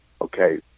Okay